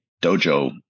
dojo